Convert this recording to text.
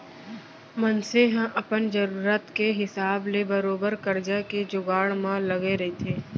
मनसे ह अपन जरुरत के हिसाब ले बरोबर करजा के जुगाड़ म लगे रहिथे